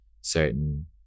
certain